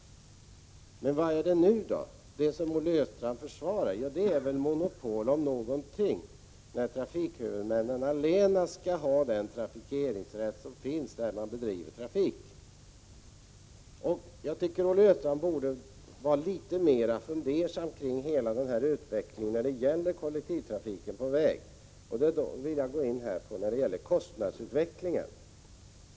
Men vad är det som Olle Östrand nu försvarar? Det är väl monopol om något, när trafikhuvudmännen allena skall ha den trafikeringsrätt som finns. Olle Östrand borde fundera litet mer kring hela utvecklingen när det gäller kollektivtrafiken på väg, och jag vill då nämna kostnadsutvecklingen.